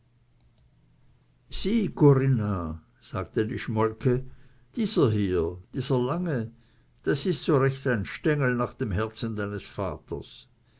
corinna sagte die schmolke dieser hier dieser lange das ist so recht ein stengel nach dem herzen deines vaters